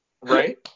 right